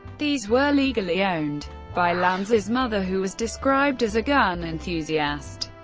these were legally owned by lanza's mother who was described as a gun enthusiast.